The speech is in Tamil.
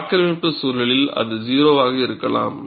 ஒரு ஆக்கிரமிப்பு சூழலில் அது 0 ஆக இருக்கலாம்